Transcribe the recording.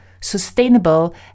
sustainable